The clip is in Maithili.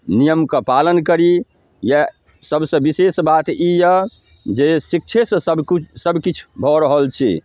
नियम कऽ पालन करी इएह सबसे विशेष बात ई यऽ जे शिक्षे से सब किछु सब किछु भऽ रहल छै